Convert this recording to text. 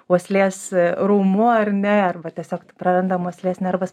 uoslės raumuo ar ne arba tiesiog prarandam uoslės nervas